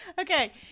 okay